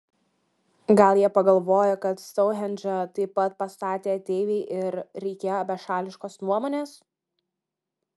gal jie pagalvojo kad stounhendžą taip pat pastatė ateiviai ir reikėjo bešališkos nuomonės